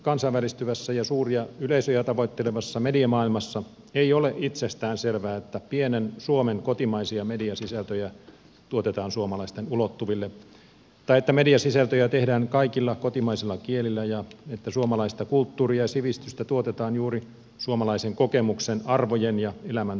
kansainvälistyvässä ja suuria yleisöjä tavoittelevassa mediamaailmassa ei ole itsestään selvää että pienen suomen kotimaisia mediasisältöjä tuotetaan suomalaisten ulottuville tai että mediasisältöjä tehdään kaikilla kotimaisilla kielillä ja että suomalaista kulttuuria ja sivistystä tuotetaan juuri suomalaisen kokemuksen arvojen ja elämän tulkinnan pohjalta